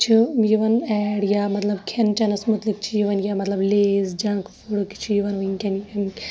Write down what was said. چھُ یِوان ایڈ یا مطلب کھٮ۪ن چٮ۪نَس مُتلق چھُ یِوان کیٚنٛہہ مطلب لییٚز جَنک فُڈُک چھُ یِوان وٕنکٮ۪ن